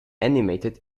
animated